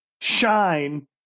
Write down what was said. shine